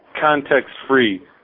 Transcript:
context-free